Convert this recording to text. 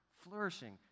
flourishing